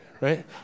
right